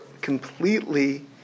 completely